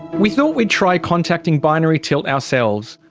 we thought we'd try contacting binary tilt ourselves.